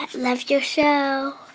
love your show